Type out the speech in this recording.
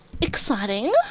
Exciting